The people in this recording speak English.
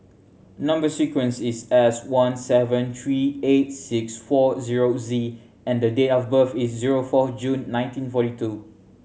number sequence is S one seven three eight six four zero Z and the date of birth is zero four June nineteen forty two